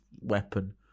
weapon